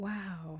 Wow